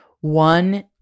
one